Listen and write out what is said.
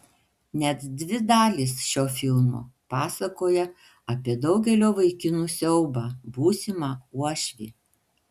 net dvi dalys šio filmo pasakoja apie daugelio vaikinų siaubą būsimą uošvį